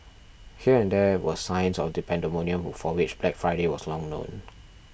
here and there were signs of the pandemonium for which Black Friday was long known